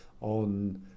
on